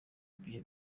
bihe